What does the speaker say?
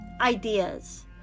ideas